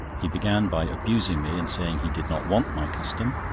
he began by abusing me, and saying he did not want my custom.